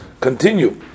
continue